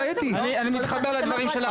זה אסוו על פי הקוד האתי --- אני מתחבר לדברים שלך.